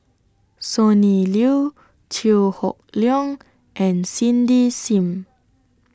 Sonny Liew Chew Hock Leong and Cindy SIM